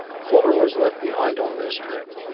fuller was left behind on this trip,